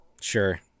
Sure